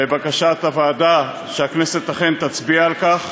ובקשת הוועדה שהכנסת אכן תצביע על כך.